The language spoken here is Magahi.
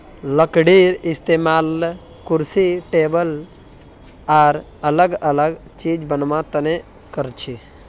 लकडीर इस्तेमाल कुर्सी टेबुल आर अलग अलग चिज बनावा तने करछी